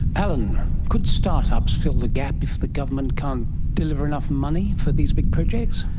alan, could start-ups fill the gap if the government can't deliver enough money for these big projects?